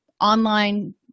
online